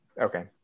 Okay